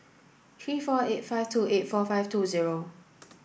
three four eight five two eight four five two zero